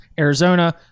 Arizona